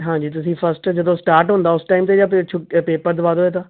ਹਾਂ ਜੀ ਤੁਸੀਂ ਫਸਟ ਜਦੋਂ ਸਟਾਰਟ ਹੁੰਦਾ ਉਸ ਟਾਈਮ 'ਤੇ ਜਾਂ ਫਿਰ ਛੁ ਪੇਪਰ ਦਵਾ ਦਿਓ ਇਹਦਾ